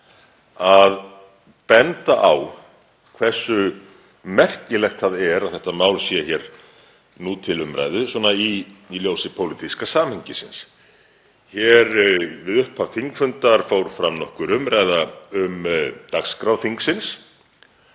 að benda á hversu merkilegt það er að þetta mál sé hér nú til umræðu í ljósi pólitíska samhengisins. Hér við upphaf þingfundar fór fram nokkur umræða um dagskrá þingsins